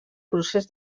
procés